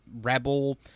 rebel